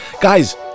guys